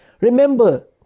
remember